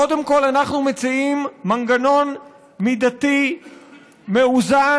קודם כול, אנחנו מציעים מנגנון מידתי מאוזן.